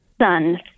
Son